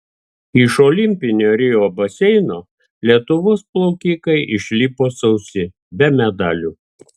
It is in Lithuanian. iš olimpinio rio baseino lietuvos plaukikai išlipo sausi be medalių